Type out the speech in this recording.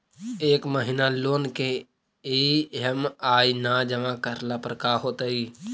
एक महिना लोन के ई.एम.आई न जमा करला पर का होतइ?